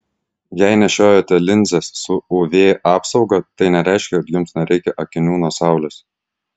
jei nešiojate linzes su uv apsauga tai nereiškia kad jums nereikia akinių nuo saulės